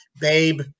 babe